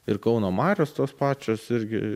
ir kauno marios tos pačios irgi